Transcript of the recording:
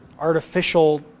artificial